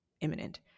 imminent